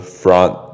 front